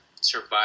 survive